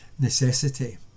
necessity